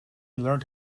learnt